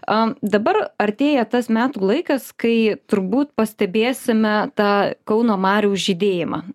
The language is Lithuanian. dabar artėja tas metų laikas kai turbūt pastebėsime tą kauno marių žydėjimą